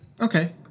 Okay